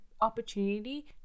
opportunity